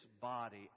body